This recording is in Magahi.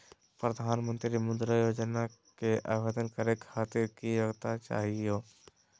प्रधानमंत्री मुद्रा योजना के आवेदन करै खातिर की योग्यता चाहियो?